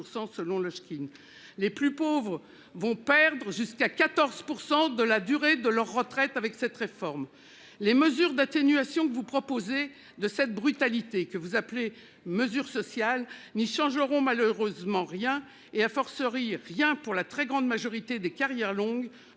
selon Lojkine. Les plus pauvres vont perdre jusqu'à 14% de la durée de leur retraite. Avec cette réforme, les mesures d'atténuation que vous proposez de cette brutalité que vous appelez mesures sociales n'y changeront malheureusement rien et a fortiori rien pour la très grande majorité des carrières longues